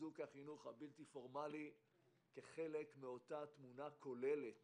בחיזוק החינוך הבלתי-פורמלי כחלק מאותה תמונה כוללת